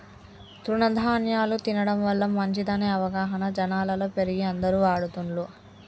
తృణ ధ్యాన్యాలు తినడం వల్ల మంచిదనే అవగాహన జనాలలో పెరిగి అందరు వాడుతున్లు